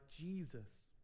Jesus